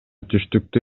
түштүктө